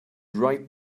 right